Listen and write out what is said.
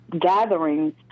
gatherings